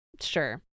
sure